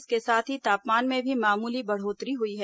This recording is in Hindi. इसके साथ ही तापमान में भी मामूली बढ़ोत्तरी हुई है